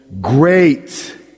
Great